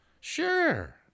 sure